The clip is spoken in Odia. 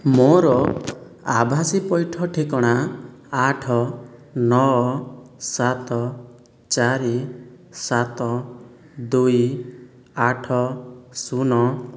ମୋର ଆଭାଷୀ ପଇଠ ଠିକଣା ଆଠ ନଅ ସାତ ଚାରି ସାତ ଦୁଇ ଆଠ ଶୁନ